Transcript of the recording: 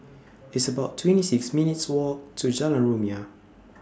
It's about twenty six minutes' Walk to Jalan Rumia